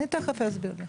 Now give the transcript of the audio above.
אני תכף אסביר.